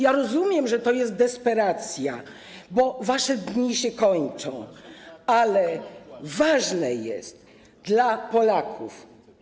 Ja rozumiem, że to jest desperacja, bo wasze dni się kończą, ale ważne jest dla Polaków.